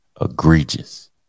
egregious